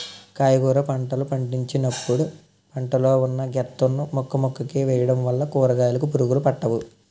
కాయగుర పంటలు పండించినపుడు పెంట లో ఉన్న గెత్తం ను మొక్కమొక్కకి వేయడం వల్ల కూరకాయలుకి పురుగులు పట్టవు